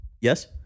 yes